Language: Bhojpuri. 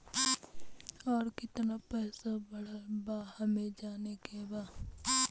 और कितना पैसा बढ़ल बा हमे जाने के बा?